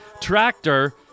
tractor